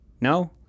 No